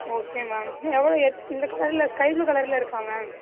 okay ma'am இன்னும் எவ்வளோ எதுக் ஸ்கைபுளு கலரில் இருக்கா மேம்